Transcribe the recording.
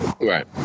Right